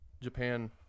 Japan